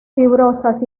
fibrosas